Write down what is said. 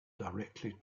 directly